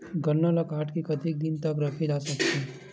गन्ना ल काट के कतेक दिन तक रखे जा सकथे?